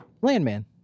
landman